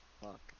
Fuck